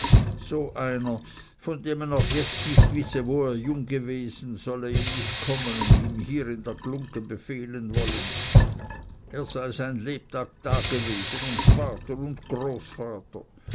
so einer von dem man noch jetzt nicht wisse wo er jung gewesen solle ihm nicht kommen und ihm hier in der glunggen befehlen wollen er sei sein lebtag dagewesen und vater und großvater